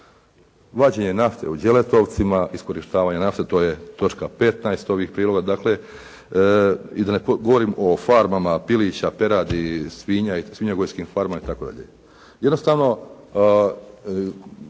Vađenje nafte u Đeletovcima, iskorištavanje nafte to je točka 15., dakle i da ne govorim o farmama pilića, peradi, svinjogojskim farmama itd.